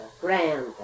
grand